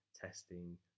testing